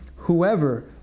Whoever